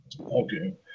Okay